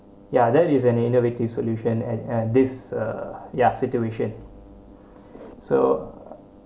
ya that is an innovative solution and and this uh ya situation so